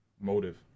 motive